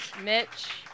Mitch